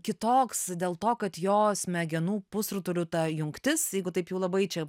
kitoks dėl to kad jo smegenų pusrutulių ta jungtis jeigu taip jau labai čia